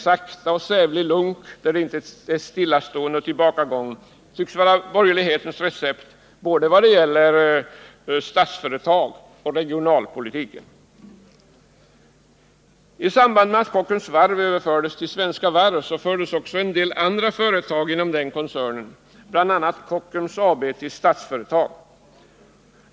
Sakta och sävlig lunk, där det inte är stillastående och tillbakagång, tycks vara borgerlighetens recept vad det gäller både Statsföretag och regionalpolitiken. I samband med att Kockums varv överfördes till Svenska Varv fördes en del andra företag inom den koncernen, bl.a. Kockums Industri AB, till Statsföretag.